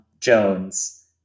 Jones